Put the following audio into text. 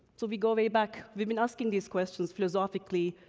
so, we go way back. we've been asking these questions philosophically,